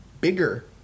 bigger